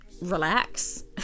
Relax